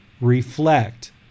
reflect